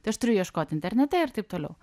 tai aš turiu ieškot internete ir taip toliau